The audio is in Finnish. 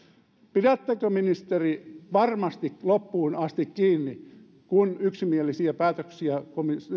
pidättekö ministeri varmasti loppuun asti kiinni kun yksimielisiä päätöksiä